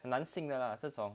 很难信的 lah 这种